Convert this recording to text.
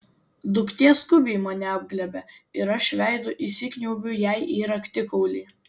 duktė skubiai mane apglėbia ir aš veidu įsikniaubiu jai į raktikaulį